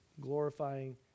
glorifying